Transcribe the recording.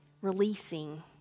releasing